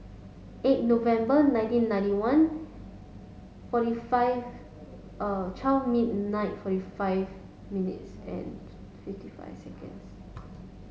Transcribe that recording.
eight November nineteen ninety one forty five twelve midnight forty five minutes and fifty five seconds